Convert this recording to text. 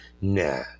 Nah